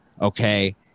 okay